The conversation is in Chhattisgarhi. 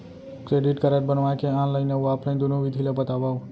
क्रेडिट कारड बनवाए के ऑनलाइन अऊ ऑफलाइन दुनो विधि ला बतावव?